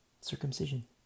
Circumcision